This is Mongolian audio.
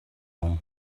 хүн